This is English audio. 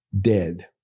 dead